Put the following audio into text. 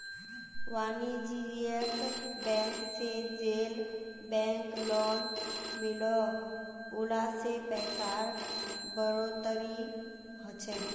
वानिज्ज्यिक बैंक से जेल बैंक लोन मिलोह उला से पैसार बढ़ोतरी होछे